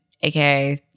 aka